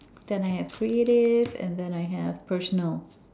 then I have creative and then I have personal